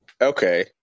Okay